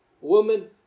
Woman